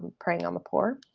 preying on the poor?